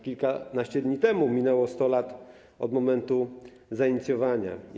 Kilkanaście dni temu minęło 100 lat od momentu zainicjowania wydarzenia.